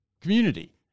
community